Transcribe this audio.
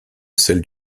celles